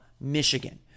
Michigan